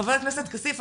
חבר הכנסת כסיף,